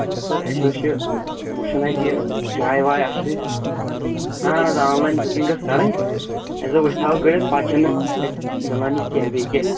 تہٕ اَسہِ اوس یہِ وُچھُن اَتہِ یہِ جاے واے اَصٕل اَہَن حظ آن لان بُکنٛگ ٲس کَرٕنۍ اَسہِ دوٚپ أسۍ تھاوَو کٔڈِتھ پَتہٕ چھِ نہٕ میٚلان یہِ کیٚنٛہہ بیٚیہِ کیٚنٛہہ